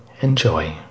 Enjoy